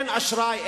אין אשראי,